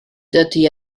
dydy